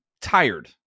tired